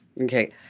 okay